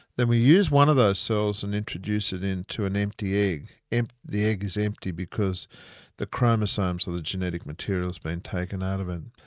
then we use one of those cells and introduce it into an empty egg. and the egg is empty because the chromosomes or the genetic material has been taken out of it.